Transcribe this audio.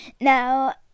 Now